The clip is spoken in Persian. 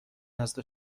نزد